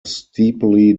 steeply